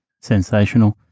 Sensational